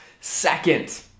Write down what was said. second